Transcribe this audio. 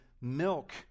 milk